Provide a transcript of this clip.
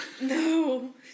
No